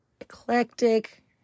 eclectic